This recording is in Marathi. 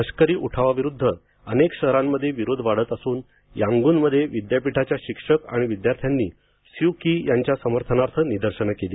लष्करी उठावाविरूद्ध अनेक शहरांमध्ये विरोध वाढत असून यांगूनमध्ये विद्यापीठाच्या शिक्षक आणि विद्यार्थ्यांनी सु चि यांच्या समर्थनार्थ निदर्शने केली